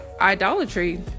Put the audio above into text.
idolatry